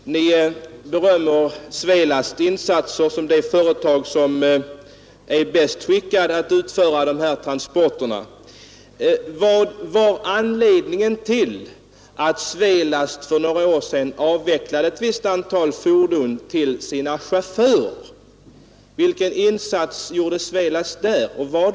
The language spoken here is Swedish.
Ni berömmer Svelast som det företag som är bäst skickat att utföra de här transporterna. Vad är anledningen till att Svelast för några år sedan avvecklade ett visst antal fordon till sina chaufförer? Vilken insats gjorde Svelast därvid?